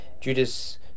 Judas